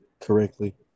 correctly